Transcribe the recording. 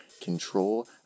Control